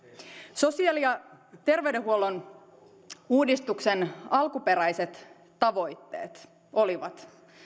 sosiaali ja terveydenhuollon uudistuksen alkuperäiset tavoitteet olivat